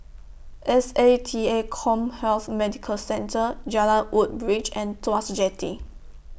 S A T A Commhealth Medical Centre Jalan Woodbridge and Tuas Jetty